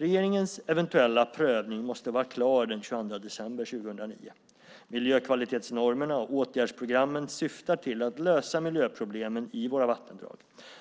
Regeringens eventuella prövning måste vara klar den 22 december 2009. Miljökvalitetsnormerna och åtgärdsprogrammen syftar till att lösa miljöproblemen i våra vattendrag.